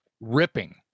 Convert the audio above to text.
ripping